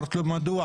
שאלתי אותו, מדוע?